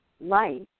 Life